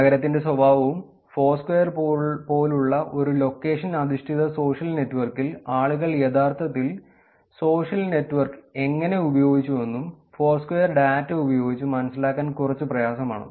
നഗരത്തിന്റെ സ്വഭാവവും ഫോഴ്സ്ക്വയർ പോലുള്ള ഒരു ലൊക്കേഷൻ അധിഷ്ഠിത സോഷ്യൽ നെറ്റ്വർക്കിൽ ആളുകൾ യഥാർത്ഥത്തിൽ സോഷ്യൽ നെറ്റ്വർക്ക് എങ്ങനെ ഉപയോഗിച്ചുവെന്നും ഫോഴ്സ്ക്വയർ ഡാറ്റ ഉപയോഗിച്ച് മനസ്സിലാക്കാൻ കുറച്ച് പ്രയാസമാണ്